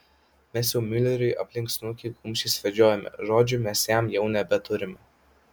mes jau miuleriui aplink snukį kumščiais vedžiojame žodžių mes jam jau nebeturime